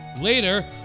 Later